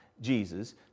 Jesus